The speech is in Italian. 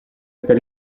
per